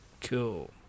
cool